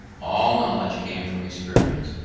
all knowledge came from experience,